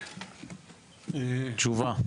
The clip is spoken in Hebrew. תשובה.